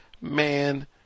man